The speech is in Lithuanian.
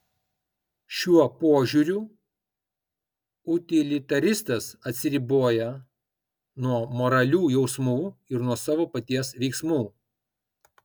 šiuo požiūriu utilitaristas atsiriboja nuo moralių jausmų ir nuo savo paties veiksmų